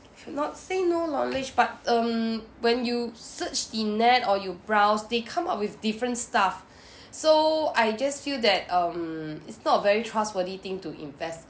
not say no knowledge but um when you search the net or you browse they come up with different stuff so I just feel that um it's not very trustworthy thing to invest